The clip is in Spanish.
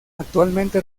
actualmente